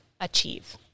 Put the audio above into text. achieve